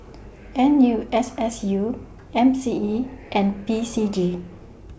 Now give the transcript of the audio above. N U S S U M C E and P C G